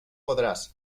podràs